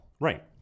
Right